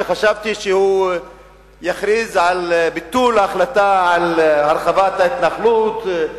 חשבתי שהוא יכריז על ביטול ההחלטה על הרחבת ההתנחלות,